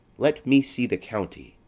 let me see the county.